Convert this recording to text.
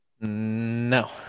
No